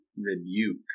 rebuke